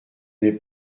n’est